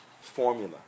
formula